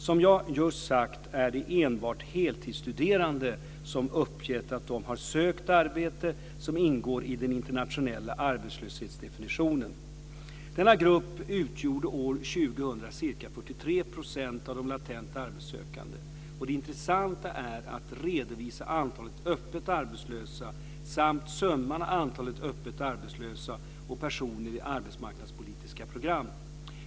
Som jag just sagt är det enbart heltidsstuderande som uppgett att de har sökt arbete som ingår i den internationella arbetslöshetsdefinitionen. Denna grupp utgjorde år 2000 ca 43 % av de latent arbetssökande. Det intressanta är att redovisa antalet öppet arbetslösa samt summan av antalet öppet arbetslösa och personer i arbetsmarknadspolitiska program.